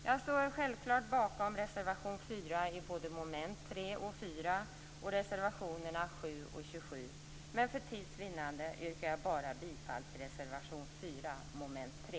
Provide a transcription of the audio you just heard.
Jag står självklart bakom reservation 4 27, men för tids vinnande yrkar jag bara bifall till reservation 4 under mom. 3.